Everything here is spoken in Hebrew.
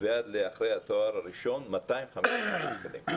ועד אחרי התואר הראשון 250,000 שקלים.